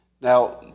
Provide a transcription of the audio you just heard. Now